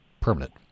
permanent